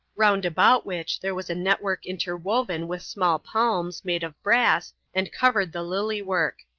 round about which there was net-work interwoven with small palms, made of brass, and covered the lily-work.